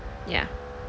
yeah